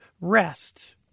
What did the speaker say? rest